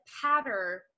pattern